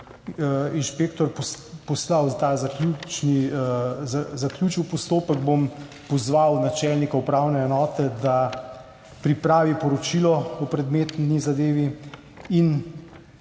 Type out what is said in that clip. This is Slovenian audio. inšpektor zaključil postopek, bom pozval načelnika upravne enote, da pripravi poročilo o predmetni zadevi in